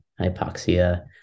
hypoxia